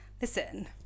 Listen